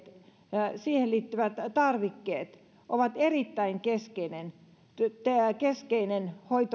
ja hoitoon liittyvät tarvikkeet ovat erittäin keskeisiä